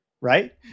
Right